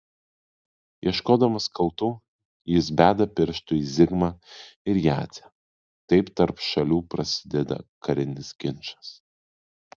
ieškodamas kaltų jis beda pirštu į zigmą ir jadzę taip tarp šalių prasideda karinis ginčas